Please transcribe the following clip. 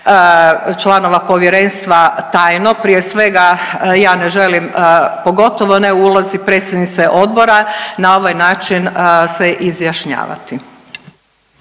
članova povjerenstva tajno, prije svega ja ne želim pogotovo ne u ulozi predsjednice odbora na ovaj način se izjašnjavati.